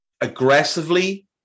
aggressively